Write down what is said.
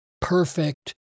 perfect